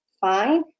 fine